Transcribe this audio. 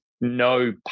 no